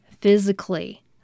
physically